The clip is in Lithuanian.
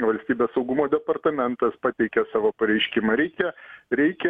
valstybės saugumo departamentas pateikia savo pareiškimą reikia reikia